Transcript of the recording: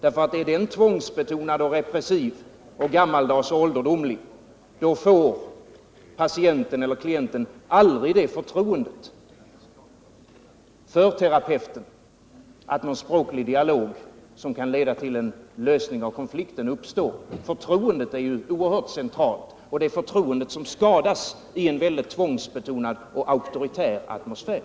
Om den är tvångsbetonad och repressiv, gammaldags och ålderdomlig, då får patienten eller klienten aldrig ett sådant förtroende för terapeuten att någon språklig dialog uppstår som kan leda till en lösning av konflikten. Förtroendet är ju oerhört centralt, och det är förtroendet som skadas i en tvångsbetonad och auktoritär atmosfär.